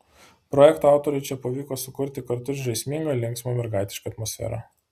projekto autoriui čia pavyko sukurti kartu ir žaismingą linksmą mergaitišką atmosferą